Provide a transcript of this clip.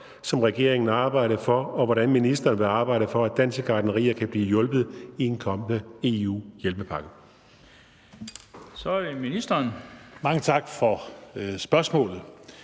som regeringen arbejdede for, og hvordan ministeren vil arbejde for, at danske gartnerier kan blive hjulpet i en kommende EU-hjælpepakke? Den fg. formand (Bent Bøgsted):